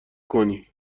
کنی